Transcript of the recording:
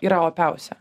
yra opiausia